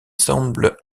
semble